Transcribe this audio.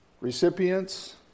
recipients